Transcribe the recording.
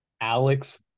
Alex